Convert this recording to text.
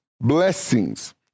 blessings